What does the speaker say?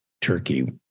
Turkey